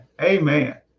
amen